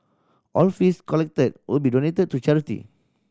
all fees collected will be donated to charity